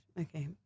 Okay